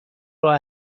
راه